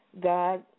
God